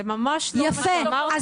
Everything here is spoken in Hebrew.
זה ממש לא מה שאמרתי, זה ממש לא, להיפך.